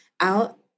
out